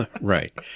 right